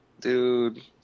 Dude